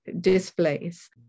displays